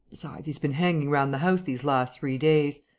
besides, he's been hanging round the house these last three days.